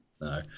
No